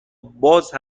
باز